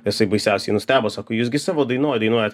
jisai baisiausiai nustebo sako jūs gi savo dainoj dainuojat